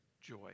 joy